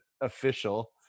Official